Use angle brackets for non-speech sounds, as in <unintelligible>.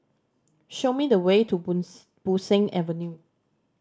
show me the way to <unintelligible> Bo Seng Avenue